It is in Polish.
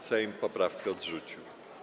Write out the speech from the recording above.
Sejm poprawkę odrzucił.